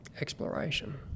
exploration